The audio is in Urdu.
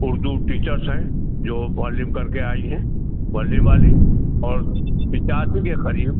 اردو ٹیچرس ہیں جو معلم کر کے آئی ہیں معلم والی اور پچاسی کے قریب